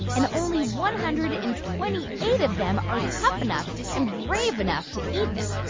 and only one hundred and twenty eight of them are tough enough and brave enough to eat them.